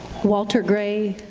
walter gray,